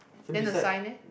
then the sign leh